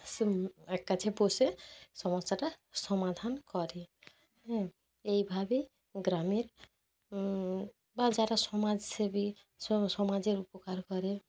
সে কাছে বসে সমস্যাটা সমাধান করে হ্যাঁ এইভাবেই গ্রামের বা যারা সমাজসেবী সমাজের উপকার করে